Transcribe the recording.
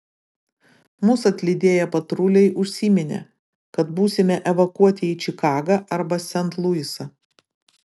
mus atlydėję patruliai užsiminė kad būsime evakuoti į čikagą arba sent luisą